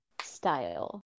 style